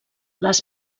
les